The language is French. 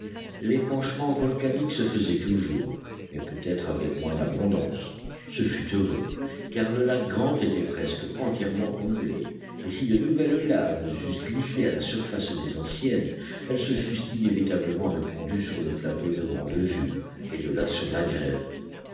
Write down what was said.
l'épanchement volcanique se faisait toujours mais peut-être avec moins d'abondance ce fut heureux car le lac grant était presque entièrement comblé et si de nouvelles laves eussent glissé à la surface des anciennes elles se fussent inévitablement répandues sur le plateau de grande vue et de là sur la grève